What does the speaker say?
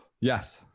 Yes